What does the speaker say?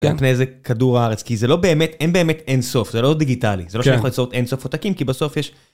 בפני איזה כדור הארץ, כי זה לא באמת, אין באמת אין סוף, זה לא דיגיטלי. זה לא שאני יכול ליצור אין סוף עותקים, כי בסוף יש...